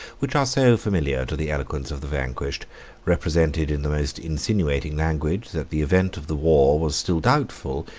which are so familiar to the eloquence of the vanquished represented in the most insinuating language, that the event of the war was still doubtful,